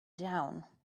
down